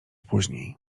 później